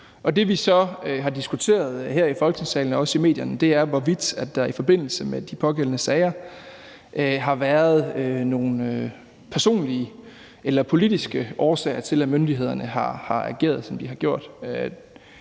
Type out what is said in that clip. Det, vi så har diskuteret her i Folketingssalen og også i medierne, er, hvorvidt der i forbindelse med de pågældende sager har været nogle personlige eller politiske årsager til, at myndighederne har ageret, som de har gjort.